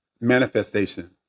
manifestation